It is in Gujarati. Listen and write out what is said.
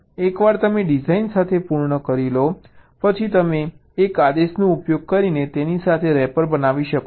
એકવાર તમે ડિઝાઇન સાથે પૂર્ણ કરી લો પછી તમે એક આદેશનો ઉપયોગ કરીને તેની સાથે રેપર બનાવી શકો છો